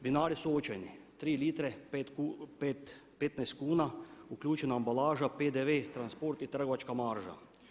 Vinari su očajni, 3 litre 15 kuna, uključena ambalaža, PDV, transport i trgovačka marža.